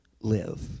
live